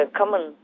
common